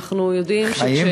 חיים?